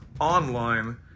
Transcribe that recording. online